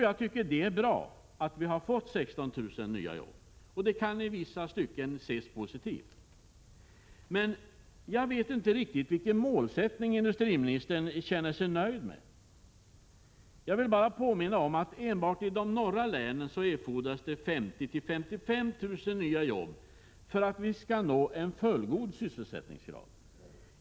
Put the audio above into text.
Jag tycker det är bra att vi har fått 16 000 nya jobb, och det kan i vissa stycken ses positivt. Men jag vet inte riktigt vilken målsättning industriministern känner sig nöjd med. Jag vill bara påminna om att enbart i de norra länen erfordras det 50 000-55 000 nya jobb för att vi skall nå en fullgod sysselsättningsgrad.